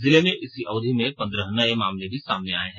जिले में इसी अवधि में पंद्रह नए मामले भी सामने आए हैं